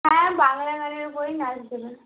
হ্যাঁ বাংলা গানের উপরেই নাচ দেবে